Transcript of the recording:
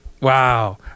wow